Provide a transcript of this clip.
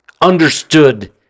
understood